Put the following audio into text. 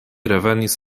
revenis